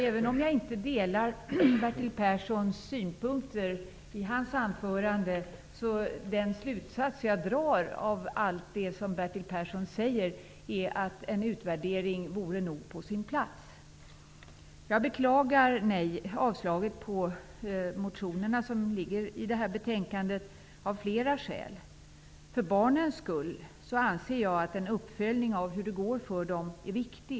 Även om jag inte delar Bertil Perssons synpunkter i hans anförande drar jag av allt det han säger slutsatsen att han tycker att en utvärdering vore på sin plats. Jag beklagar av flera skäl avslagen på motionerna i detta betänkande. För barnens skull anser jag att en uppföljning av hur det går för dem är viktig.